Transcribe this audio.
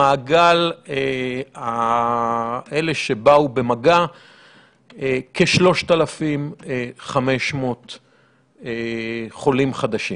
במעגל אלה שבאו במגע כ-3,500 חולים חדשים.